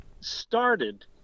started